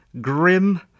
grim